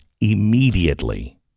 immediately